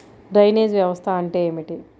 Drainage వ్యవస్థ అంటే ఏమిటి?